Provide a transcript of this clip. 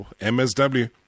MSW